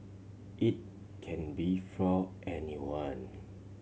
it can be for anyone